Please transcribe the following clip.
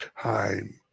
time